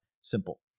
simple